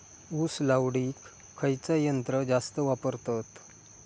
ऊस लावडीक खयचा यंत्र जास्त वापरतत?